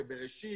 ב"בראשית".